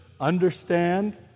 understand